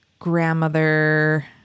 grandmother